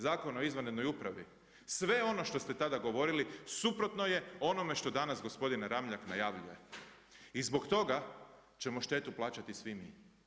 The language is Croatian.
Zakona o izvanrednoj upravi, sve ono što ste tada govorili suprotno je onome što danas gospodin Ramljak najavljuje i zbog toga ćemo štetu plaćati svi mi.